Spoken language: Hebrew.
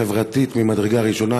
חברתית ממדרגה ראשונה.